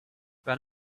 when